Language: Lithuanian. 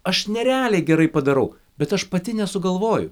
aš nerealiai gerai padarau bet aš pati nesugalvoju